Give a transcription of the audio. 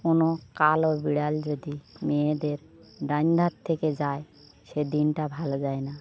কোনো কালো বিড়াল যদি মেয়েদের ডান ধার থেকে যায় সে দিনটা ভালো যায় না